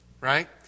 right